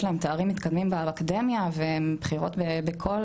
להם תארים מתקדמים באקדמיה והן בכירות בכל